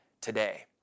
today